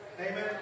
Amen